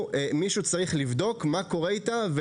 ומישהו צריך לבדוק מה קורה עם כמות הכסף הגדולה הזו.